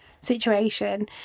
situation